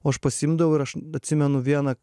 o aš pasiimdavau ir aš atsimenu vieną